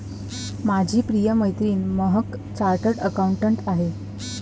माझी प्रिय मैत्रीण महक चार्टर्ड अकाउंटंट आहे